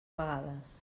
vegades